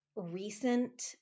recent